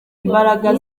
imbaraga